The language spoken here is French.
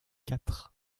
quatre